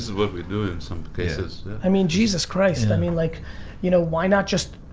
so but we do in some cases. i mean, jesus christ, i mean like you know why not just,